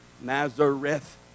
Nazareth